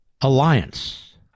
alliance